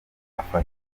afatwa